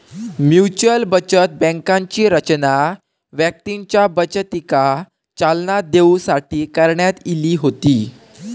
mutual बचत बँकांची रचना व्यक्तींच्या बचतीका चालना देऊसाठी करण्यात इली होती